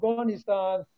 Afghanistan